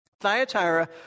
Thyatira